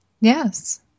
Yes